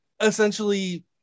essentially